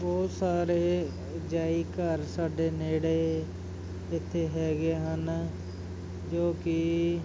ਬਹੁਤ ਸਾਰੇ ਜੈਈ ਘਰ ਸਾਡੇ ਨੇੜੇ ਜਿੱਥੇ ਹੈਗੇ ਹਨ ਜੋ ਕਿ